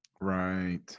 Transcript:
Right